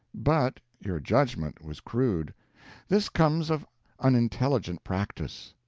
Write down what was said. but, your judgment was crude this comes of unintelligent practice.